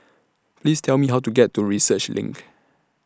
Please Tell Me How to get to Research LINK